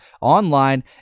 online